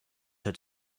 had